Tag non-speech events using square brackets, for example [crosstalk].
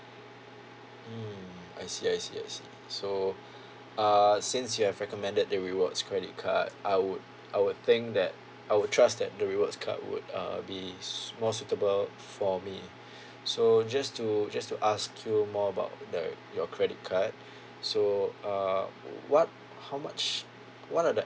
mm I see I see I see so uh since you have recommended the rewards credit I would I would think that I would trust that the rewards card would uh be s~ more suitable for me [breath] so just to just to ask you more about the your credit card [breath] so uh what how much what are the